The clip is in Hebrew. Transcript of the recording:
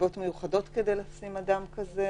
נסיבות מיוחדות כדי לשים אדם כזה